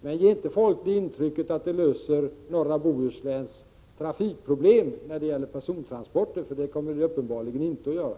Men ge inte folk ett intryck av att detta löser norra Bohusläns trafikproblem när det gäller persontransporter, för det kommer det uppenbarligen inte att göra.